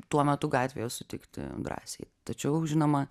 tuo metu gatvėje sutikti drąsiai tačiau žinoma